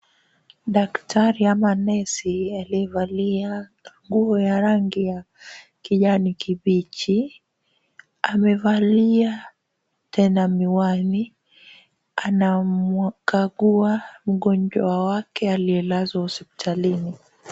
Daktari ama nesi aliyevalia nguo ya rangi ya kijani kibichi, amevalia tena miwani ,anamkagua mgonjwa wake aliyelazwa hospitali.